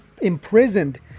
imprisoned